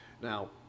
Now